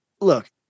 look